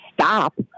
stop